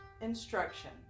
instruction